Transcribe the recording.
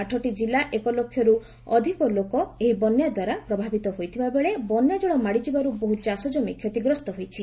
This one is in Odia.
ଆଠଟି ଜିଲ୍ଲାର ଏକଲକ୍ଷରୁ ଅଧିକ ଲୋକ ଏହି ବନ୍ୟାଦ୍ୱାରା ପ୍ରଭାବିତ ହୋଇଥିବା ବେଳେ ବନ୍ୟାଜଳ ମାଡ଼ିଯିବାରୁ ବହୁ ଚାଷଜମି କ୍ଷତିଗ୍ରସ୍ତ ହୋଇଛି